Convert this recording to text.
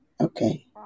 Okay